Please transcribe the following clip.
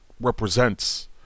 represents